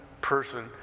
person